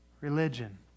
Religion